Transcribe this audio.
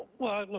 well, look,